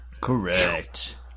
Correct